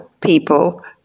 people